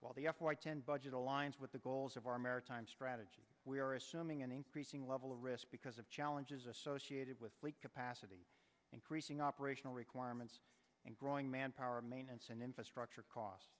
while the f y ten budget aligns with the goals of our maritime strategy we are assuming an increasing level of risk because of challenges associated with capacity increasing operational requirements and growing manpower maintenance and infrastructure cos